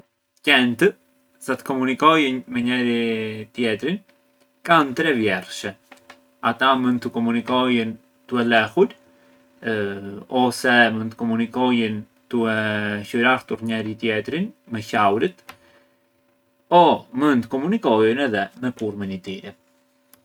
Qent, sa të komunikojë njeri mbi jetrin kanë tre vjershe: ata mënd të komunikojën tue lehur o se mënd komunikojën tue hjorartur njeri t’jetrin me hjauret o mënd komunikojën edhe me kurmin i tyre.